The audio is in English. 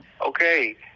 okay